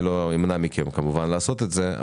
לא אמנע מכם כמובן לעשות את זה,